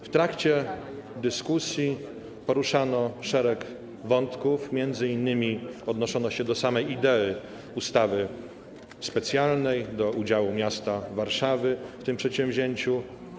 W trakcie dyskusji poruszano szereg wątków, m.in. odnoszono się do samej idei ustawy specjalnej oraz do udziału miasta Warszawy w tym przedsięwzięciu.